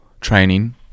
training